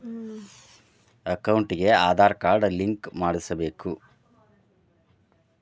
ಅಕೌಂಟಿಗೆ Aadhaar card link ಮಾಡಿಸಬೇಕು?